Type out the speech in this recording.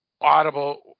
audible